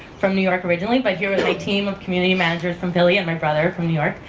from new york originally, but here with my team of community managers from philly and my brother from new york.